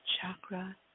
chakra